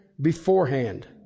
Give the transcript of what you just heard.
beforehand